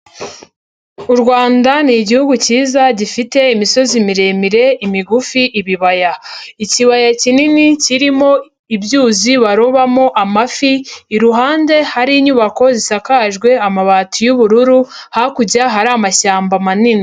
U Rwanda ni Igihugu cyiza gifite imisozi miremire, imigufi, ibibaya. Ikibaya kinini kirimo ibyuzi barobamo amafi, iruhande hari inyubako zisakajwe amabati y'ubururu, hakurya hari amashyamba manini.